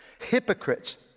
hypocrites